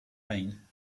rain